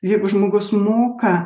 jeigu žmogus moka